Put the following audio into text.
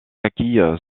acquis